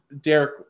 Derek